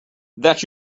that